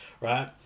right